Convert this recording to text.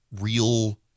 real